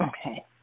Okay